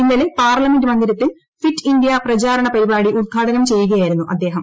ഇന്നലെ പാർലമെന്റ് മന്ദിരത്തിൽ Fit India പ്രചാരണ പരിപാടി ഉദ്ഘാടനം ചെയ്യുകയായിരുന്നു അദ്ദേഹം